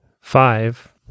five